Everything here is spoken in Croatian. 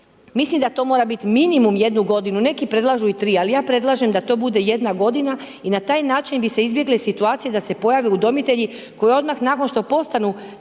mislim da to mora biti minimum jednu godinu, neki predlažu i tri ali ja predlažem da to bude jedna godina i na taj način bi se izbjegle situacije da se pojave udomitelji koji odmah nakon što postanu